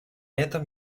этом